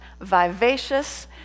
vivacious